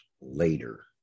later